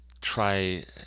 try